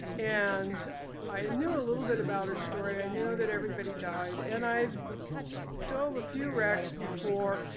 and i ah knew a little bit about her story. i knew that everybody died. and i dove a few wrecks before.